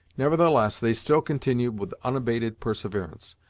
nevertheless they still continued with unabated perseverance.